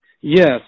Yes